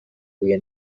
روی